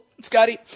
Scotty